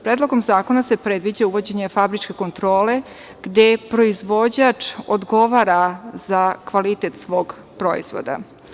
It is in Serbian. Predlogom zakona se predviđa uvođenje fabričke kontrole, gde proizvođač odgovara za kvalitet svog proizvoda.